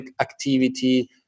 activity